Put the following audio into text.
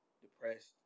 depressed